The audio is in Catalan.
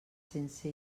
sense